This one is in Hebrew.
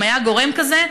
אם היה גורם כזה,